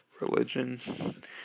Religion